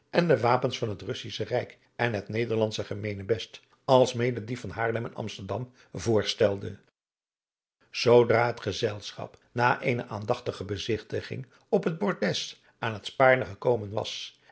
en de wapens van het russisch rijk en het nederlandsche gemeenebest alsmede die van haarlem en amsterdam voorstelde zoodra het gezelschap na eene aandachtige bezigtiging op het bordes aan het spaarne gekomen was